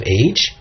age